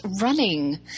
running